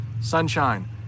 sunshine